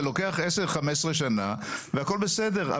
זה לוקח עשר ו-15 שנה והכול בסדר,